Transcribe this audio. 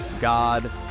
God